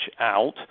out